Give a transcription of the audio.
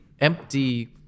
empty